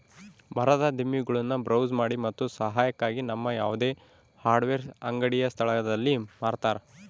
ಮರದ ದಿಮ್ಮಿಗುಳ್ನ ಬ್ರೌಸ್ ಮಾಡಿ ಮತ್ತು ಸಹಾಯಕ್ಕಾಗಿ ನಮ್ಮ ಯಾವುದೇ ಹಾರ್ಡ್ವೇರ್ ಅಂಗಡಿಯ ಸ್ಥಳದಲ್ಲಿ ಮಾರತರ